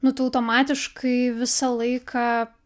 nu tu automatiškai visą laiką